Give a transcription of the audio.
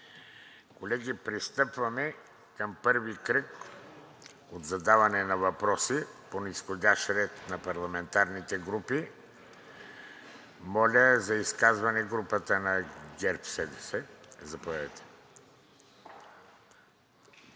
Колеги, пристъпваме към първи кръг от задаване на въпроси по низходящ ред на парламентарните групи. Моля за изказване от групата на ГЕРБ-СДС. Заповядайте.